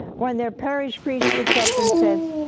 when their parish priest gets up and says,